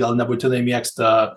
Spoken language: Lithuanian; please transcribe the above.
gal nebūtinai mėgsta